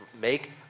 make